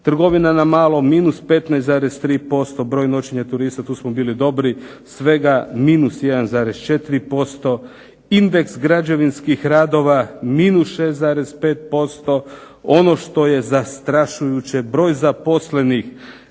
Trgovina na malo -15,3% broj noćenja turista, tu smo bili dobri, svega -1,4%. Indeks građevinskih radova -6,5%. Ono što je zastrašujuće broj zaposlenih